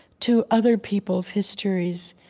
to other people's histories.